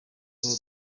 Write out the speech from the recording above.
tuba